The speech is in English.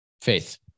Faith